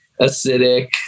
acidic